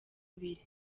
biri